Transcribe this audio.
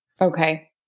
Okay